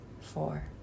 four